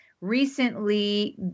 recently